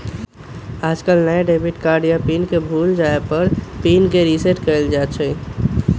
आजकल नया debit card या पिन के भूल जाये पर ही पिन के रेसेट कइल जाहई